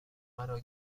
مرا